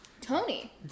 Tony